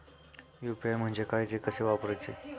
UPI म्हणजे काय, ते कसे वापरायचे?